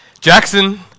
Jackson